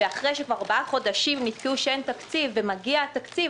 אחרי שכבר ארבעה חודשים נתקעו כי אין תקציב ואז מגיע התקציב,